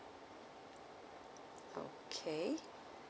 okay